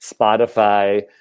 Spotify